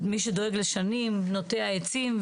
מי שדואג לשנים נוטע עצים,